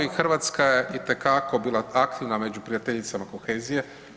Hrvatska je itekako bila aktivna među prijateljicama kohezije.